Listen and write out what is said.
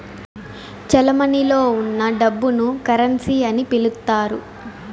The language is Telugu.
చెలమణిలో ఉన్న డబ్బును కరెన్సీ అని పిలుత్తారు